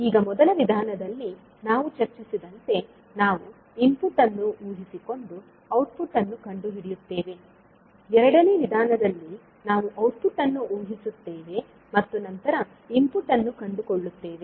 ಈಗ ಮೊದಲ ವಿಧಾನದಲ್ಲಿ ನಾವು ಚರ್ಚಿಸಿದಂತೆ ನಾವು ಇನ್ಪುಟ್ ಅನ್ನು ಊಹಿಸಿಕೊಂಡು ಔಟ್ಪುಟ್ ಅನ್ನು ಕಂಡುಹಿಡಿಯುತ್ತೇವೆ ಎರಡನೇ ವಿಧಾನದಲ್ಲಿ ನಾವು ಔಟ್ಪುಟ್ ಅನ್ನು ಊಹಿಸುತ್ತೇವೆ ಮತ್ತು ನಂತರ ಇನ್ಪುಟ್ ಅನ್ನು ಕಂಡುಕೊಳ್ಳುತ್ತೇವೆ